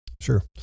Sure